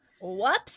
Whoops